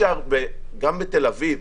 גם בתל אביב,